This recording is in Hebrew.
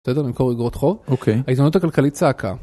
בסדר? למכור אגרות חוב. אוקיי. ההזדמנות הכלכלית צעקה